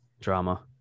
drama